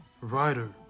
writer